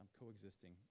coexisting